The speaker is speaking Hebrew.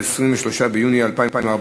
23 ביוני 2014,